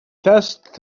test